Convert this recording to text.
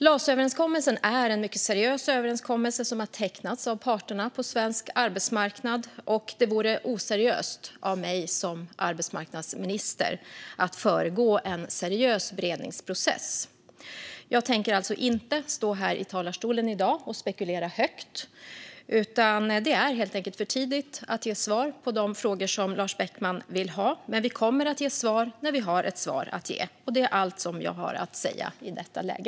LAS-överenskommelsen är en mycket seriös överenskommelse som har tecknats av parterna på svensk arbetsmarknad, och det vore oseriöst av mig som arbetsmarknadsminister att föregå en seriös beredningsprocess. Jag tänker alltså inte stå här i talarstolen i dag och spekulera högt. Det är helt enkelt för tidigt att ge svar på de frågor Lars Beckman har. Men vi kommer att ge svar när vi har ett svar att ge. Det är allt jag har att säga i detta läge.